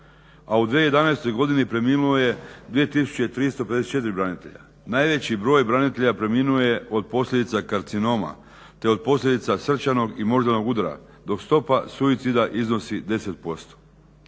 a u 2011. godini preminulo je 2354 branitelja. Najveći broj branitelja preminuo je od posljedica karcinoma te od posljedica srčanog i moždanog udara dok stopa suicida iznosi 10%.